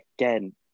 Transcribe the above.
again